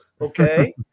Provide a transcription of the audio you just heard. Okay